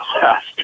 last